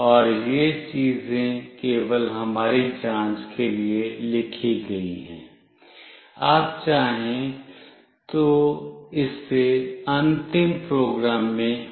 और ये चीजें केवल हमारी जाँच के लिए लिखी गई हैं आप चाहें तो इसे अंतिम प्रोग्राम में हटा सकते हैं